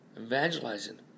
Evangelizing